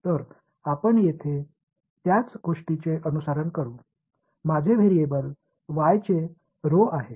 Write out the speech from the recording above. எனவே இங்கேயும் இதைப் பின்பற்றுவோம் என்னுடைய மாறி y இன் rho ஆகும்